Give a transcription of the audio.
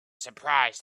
surprised